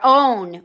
own